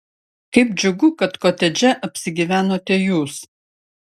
kaip džiugu kad kotedže apsigyvenote jūs